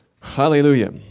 Hallelujah